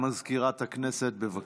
הודעה למזכירת הכנסת, בבקשה.